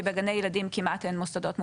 כי בגני ילדים כמעט ואין מוסדות מאובטחים,